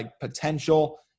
potential